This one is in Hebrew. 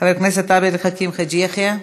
חבר הכנסת עבד אל חכים חאג' יחיא.